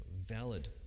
valid